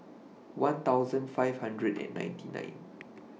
one thousand five hundred and ninety nine